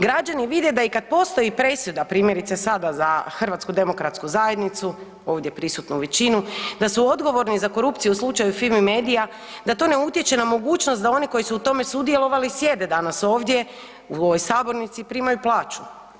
Građani vide da i kad postoji presuda primjerice sada za Hrvatsku zajednicu ovdje prisutnu većinu, da su odgovorni za korupciju u slučaju Fimi Media da to ne utječe na mogućnost na one koji su u tome sudjelovali sjede danas ovdje u ovoj sabornici i primaju plaću.